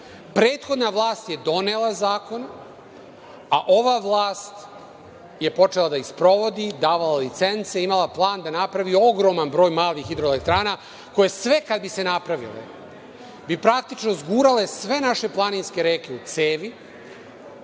profita. Prethodna vlast je donela zakon, a ova vlast je počela da ih sprovodi, davala licence, imala plan da napravi ogromna broj malih hidroelektrana koje sve kada bi se napravile praktično zgurale sve naše planinske reke u cevi,